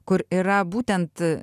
kur yra būtent